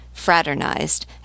fraternized